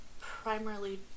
primarily